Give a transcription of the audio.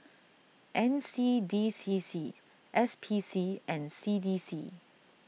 N C D C C S P C and C D C